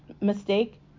mistake